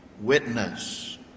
witness